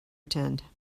attend